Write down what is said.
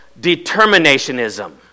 determinationism